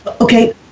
Okay